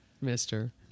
mister